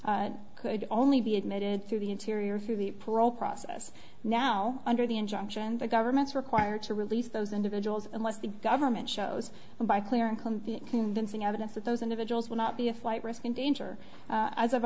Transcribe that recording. could only be admitted through the interior through the parole process now under the injunction the government's required to release those individuals unless the government shows by clear and convincing evidence that those individuals will not be a flight risk in danger as i've